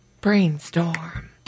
Brainstorm